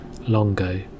Longo